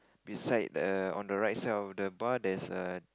beside err on the right side of the bar there's a